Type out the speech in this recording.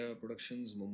Productions